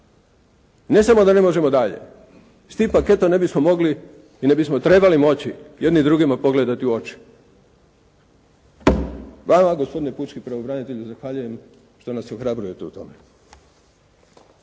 ne samo da ne možemo dalje, s tim paketom ne bi smo mogli i ne bi smo trebali moći jedni drugi pogledati u oči. Hvala gospodine pučki pravobranitelju, zahvaljujem što nas ohrabrujete u tome.